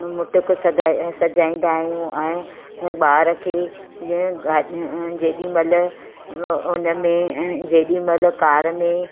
मुटुक सगाए सॼाईंदा आहियूं ऐं ॿार खे जेॾी महिल उन में जेॾी महिल कार में